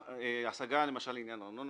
ההשגה, למשל לעניין ארנונה